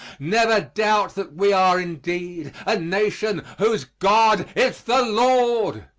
never doubt that we are indeed a nation whose god is the lord.